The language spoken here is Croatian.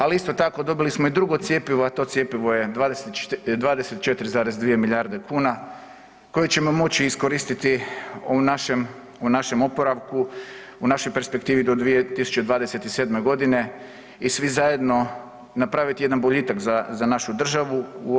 Ali isto tako dobili smo i drugo cjepivo, a to cjepivo je 24,2 milijarde kuna koji ćemo moći iskoristiti u našem, u našem oporavku, u našoj perspektivi do 2027.g. i svi zajedno napravit jedan boljitak za, za našu državu.